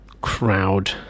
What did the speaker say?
crowd